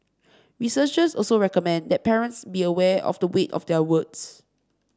researchers also recommend that parents be aware of the weight of their words